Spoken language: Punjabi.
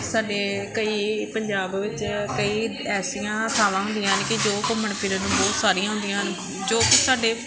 ਸਾਡੇ ਕਈ ਪੰਜਾਬ ਵਿੱਚ ਕਈ ਐਸੀਆਂ ਥਾਵਾਂ ਹੁੰਦੀਆਂ ਨੇ ਕਿ ਜੋ ਘੁੰਮਣ ਫਿਰਨ ਨੂੰ ਬਹੁਤ ਸਾਰੀਆਂ ਹੁੰਦੀਆਂ ਜੋ ਕਿ ਸਾਡੇ